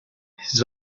his